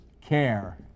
care